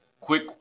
quick